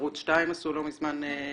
ערוץ 2 עשו לא מזמן כנס,